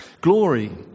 Glory